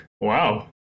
Wow